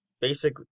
basic